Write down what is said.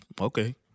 okay